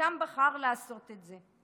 ושם בחר לעשות את זה.